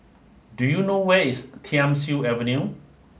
do you know where is Thiam Siew Avenue